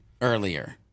earlier